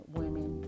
women